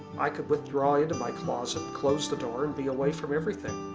i could withdraw into my closet, close the door and be away from everything.